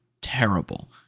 terrible